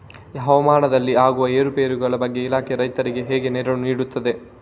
ಹವಾಮಾನದಲ್ಲಿ ಆಗುವ ಏರುಪೇರುಗಳ ಬಗ್ಗೆ ಇಲಾಖೆ ರೈತರಿಗೆ ಹೇಗೆ ನೆರವು ನೀಡ್ತದೆ?